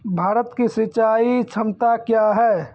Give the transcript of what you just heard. भारत की सिंचाई क्षमता क्या हैं?